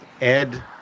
Ed